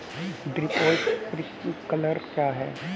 Drip और sprinkler क्या हैं?